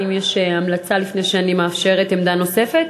האם יש המלצה, לפני שאני מאפשרת עמדה נוספת?